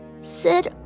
Sit